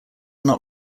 not